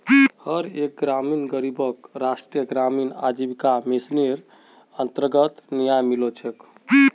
हर एक ग्रामीण गरीबक राष्ट्रीय ग्रामीण आजीविका मिशनेर अन्तर्गत न्याय मिलो छेक